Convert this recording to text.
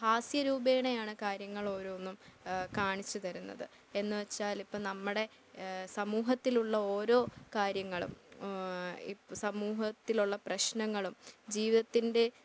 ഹാസ്യ രൂപേണയാണ് കാര്യങ്ങൾ ഓരോന്നും കാണിച്ചു തരുന്നത് എന്നു വെച്ചാൽ ഇപ്പം നമ്മുടെ സമൂഹത്തിലുള്ള ഓരോ കാര്യങ്ങളും ഇപ് സമൂഹത്തിലുള്ള പ്രശ്നങ്ങളും ജീവിതത്തിൻ്റെ